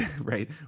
Right